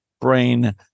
brain